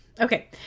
Okay